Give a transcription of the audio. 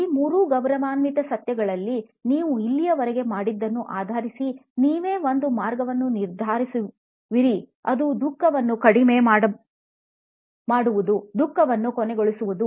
ಈ ಮೂರು ಗೌರವಾನ್ವಿತ ಸತ್ಯಗಳಲ್ಲಿ ನೀವು ಇಲ್ಲಿಯವರೆಗೆ ಮಾಡಿದ್ದನ್ನು ಆಧರಿಸಿ ನೀವೇ ಒಂದು ಮಾರ್ಗವನ್ನು ನಿರ್ಧಾರಿಸುವಿರಿ ಅದು ದುಃಖವನ್ನು ಕಡಿಮೆ ಮಾಡುವುದು ದುಃಖವನ್ನು ಕೊನೆಗೊಳಿಸುವುದು